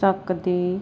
ਸਕਦੇ